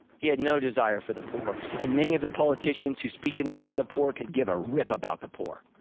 he had no desire for the poor. and many of the politicians who speak in the name of the poor could give a rip about the poor.